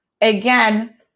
Again